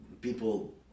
people